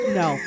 no